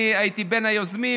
אני הייתי בין היוזמים,